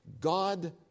God